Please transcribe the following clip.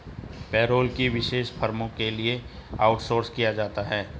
payroll को विशेष फर्मों के लिए आउटसोर्स किया जाता है